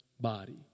body